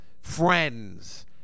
Friends